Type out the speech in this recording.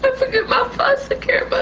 but forgive my foster care but